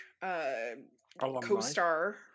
Co-star